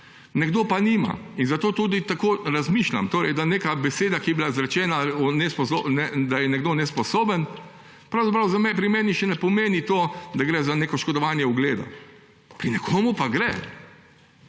nekdo pa nima. In zato tudi tako razmišljam, torej da neka beseda, ki je bila izrečena, da je nekdo nesposoben, pravzaprav pri meni še ne pomeni tega, da gre za neko oškodovanje ugleda. Pri nekomu pa gre.